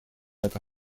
это